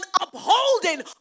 upholding